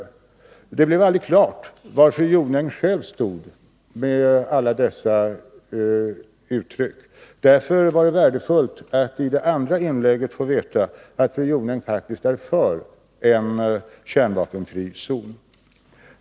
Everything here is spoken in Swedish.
Det blev aldrig klart var fru Jonäng själv stod med alla dessa uttryck. Det var därför värdefullt att i hennes andra inlägg få veta att fru Jonäng faktiskt är för en kärnvapenfri zon.